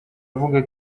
avuga